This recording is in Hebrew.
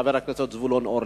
חבר הכנסת זבולון אורלב,